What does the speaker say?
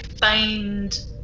find